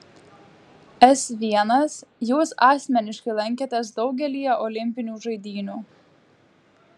s l jūs asmeniškai lankėtės daugelyje olimpinių žaidynių